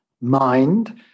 mind